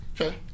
Okay